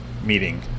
Meeting